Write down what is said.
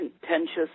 contentious